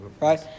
Right